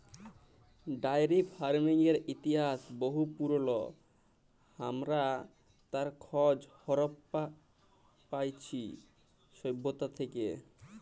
diary ফার্মিংয়ের ইতিহাস বহু পুরল, হামরা তার খজ হারাপ্পা পাইছি সভ্যতা থেক্যে